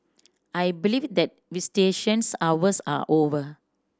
I believe that visitations hours are over